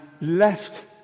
left